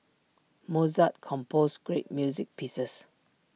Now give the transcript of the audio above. Mozart composed great music pieces